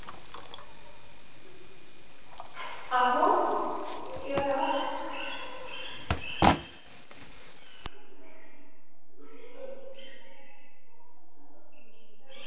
आहो केह् होएआ